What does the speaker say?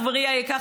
חברי היקר,